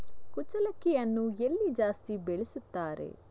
ಕುಚ್ಚಲಕ್ಕಿಯನ್ನು ಎಲ್ಲಿ ಜಾಸ್ತಿ ಬೆಳೆಸುತ್ತಾರೆ?